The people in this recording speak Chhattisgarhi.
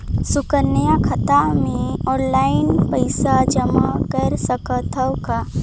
सुकन्या खाता मे ऑनलाइन पईसा जमा कर सकथव का?